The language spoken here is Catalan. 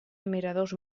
admiradors